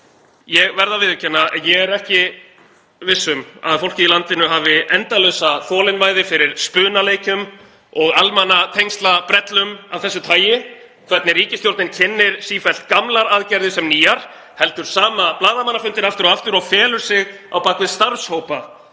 Ég verð að viðurkenna að ég er ekki viss um að fólkið í landinu hafi endalausa þolinmæði fyrir spunaleikjum og almannatengslabrellum af þessu tagi, hvernig ríkisstjórnin kynnir sífellt gamlar aðgerðir sem nýjar, heldur sama blaðamannafundinn aftur aftur og felur sig á bak við starfshópa